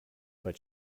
but